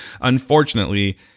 Unfortunately